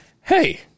hey